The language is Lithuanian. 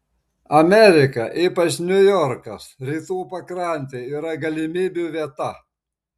amerika ypač niujorkas rytų pakrantė yra galimybių vieta